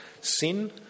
Sin